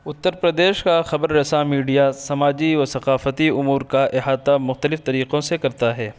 اتّر پردیش کا خبر رساں میڈیا سماجی و ثقافتی امور کا احاطہ مختلف طریقوں سے کرتا ہے